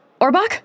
Orbach